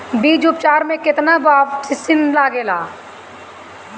बीज उपचार में केतना बावस्टीन लागेला?